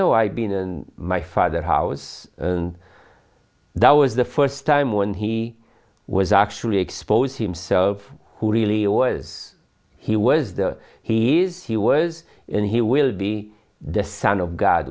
know i've been in my father's house and that was the first time when he was actually exposed himself who really was he was the he is he was and he will be the son of god